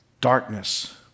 darkness